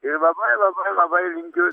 ir labai labai labai linkiu